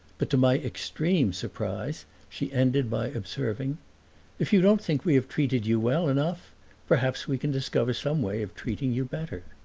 but to my extreme surprise she ended by observing if you don't think we have treated you well enough perhaps we can discover some way of treating you better.